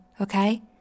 okay